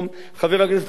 חבר הכנסת אברהם מיכאלי,